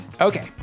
Okay